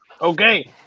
okay